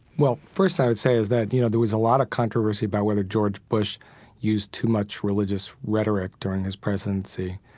well, first thing i would say is that, you know, there was a lot of controversy about whether george bush used too much religious rhetoric during his presidency.